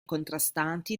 contrastanti